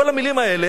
כל המלים האלה,